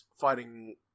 fighting